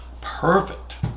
perfect